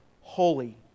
holy